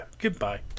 Goodbye